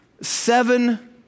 seven